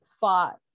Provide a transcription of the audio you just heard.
fought